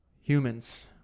Humans